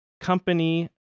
company